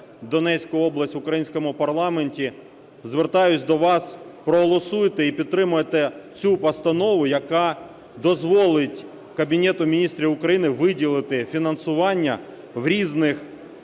Донецьку область в українському парламенті, звертаюсь до вас. Проголосуйте і підтримайте цю постанову, яка дозволить Кабінету Міністрів виділити фінансування в різних